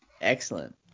Excellent